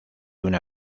una